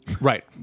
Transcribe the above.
right